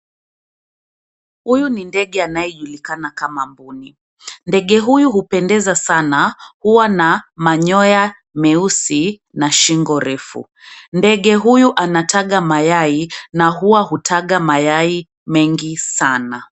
Huyu ni ndege anayejulikana kama mbuni. Ndege huyu hupendeza sana, huwa na manyoya meusi na shingo refu. Ndege huyu anataga mayai; na huwa hutaga mayai mengi sana.